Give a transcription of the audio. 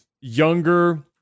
younger